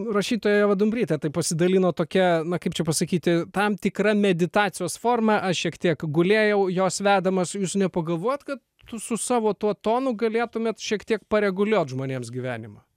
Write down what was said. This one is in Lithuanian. rašytoja ieva dumbrytė tai pasidalino tokia na kaip čia pasakyti tam tikra meditacijos forma aš šiek tiek gulėjau jos vedamas jūs nepagalvojot kad tu su savo tuo tonu galėtumėt šiek tiek pareguliuot žmonėms gyvenimą